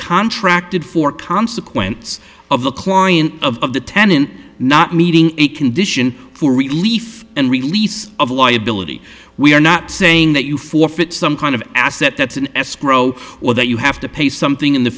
contracted for consequence of the client of the tenant not meeting a condition for relief and release of liability we are not saying that you forfeit some kind of asset that's in escrow or that you have to pay something in the